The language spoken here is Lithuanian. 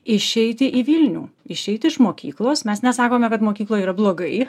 išeiti į vilnių išeiti iš mokyklos mes nesakome kad mokykloj yra blogai